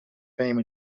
fame